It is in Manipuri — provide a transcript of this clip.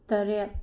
ꯇꯔꯦꯠ